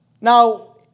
now